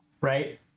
right